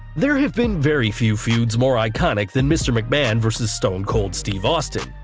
there have been very few feuds more iconic than mr mcmahon vs stone cold steve austin.